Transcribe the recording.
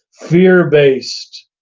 fear-based,